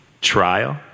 Trial